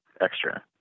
extra